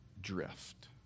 Drift